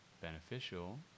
beneficial